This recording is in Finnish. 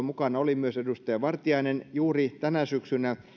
mukana oli myös edustaja vartiainen juuri tänä syksynä